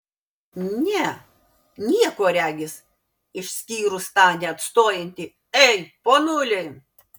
ne nieko regis išskyrus tą neatstojantį ei ponuli